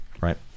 right